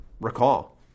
recall